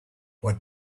what